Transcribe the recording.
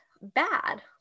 bad